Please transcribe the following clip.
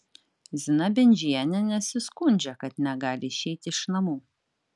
zina bendžienė nesiskundžia kad negali išeiti iš namų